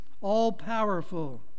all-powerful